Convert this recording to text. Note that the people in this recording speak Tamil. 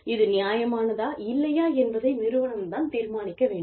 இது நியாயமானதா இல்லையா என்பதை நிறுவனம் தான் தீர்மானிக்க வேண்டும்